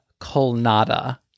colnada